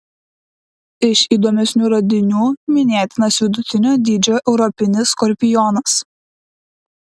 iš įdomesnių radinių minėtinas vidutinio dydžio europinis skorpionas